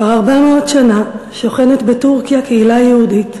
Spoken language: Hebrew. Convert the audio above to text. כבר 400 שנה שוכנת בטורקיה קהילה יהודית